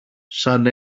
σαν